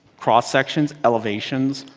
cross-sections, elevations,